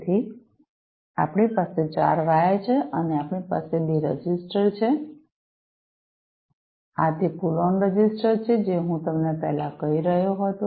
તેથી આપણી પાસે 4 વાયર છે અને આપણી પાસે 2 રજિસ્ટર છે આ તે પુલ ઓન રજિસ્ટર છે જે હું તમને પહેલા કહી રહ્યો હતો